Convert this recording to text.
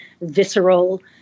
visceral